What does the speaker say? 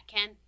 Ken